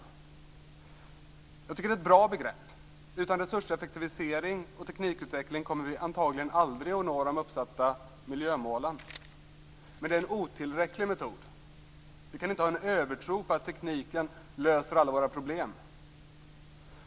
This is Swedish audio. Jag tycker att det är ett bra begrepp. Utan resurseffektivisering och teknikutveckling kommer vi antagligen aldrig att nå de uppsatta miljömålen. Men det är en otillräcklig metod. Vi kan inte han en övertro på att tekniken löser alla våra problem.